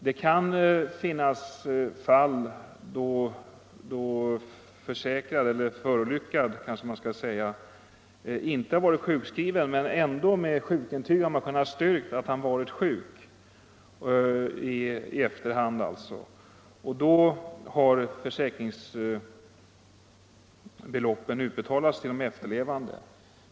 Det finns fall där en förolyckad försäkrad inte varit sjukskriven men det ändå med sjukintyg i efterhand kunnat styrkas att han varit sjuk. Då har försäkringsbeloppet utbetalats till de efterlevande.